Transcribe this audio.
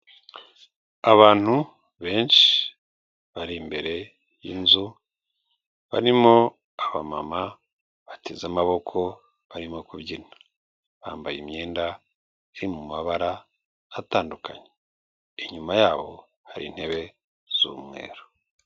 Abantu benshi bari imbere y'inzu, barimo abama bateze amaboko, barimo kubyina. Bambaye imyenda iri mu mabara atandukanye. Inyuma yaho hari intebe z'umweru.